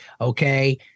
Okay